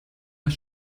das